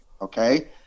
okay